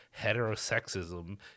heterosexism